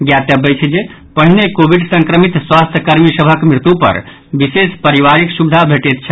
ज्ञातव्य अछि जे पहिने कोविड संक्रमित स्वास्थ्य कर्मी सभक मृत्यू पर विशेष परिवारीक सुविधा भेटैत छल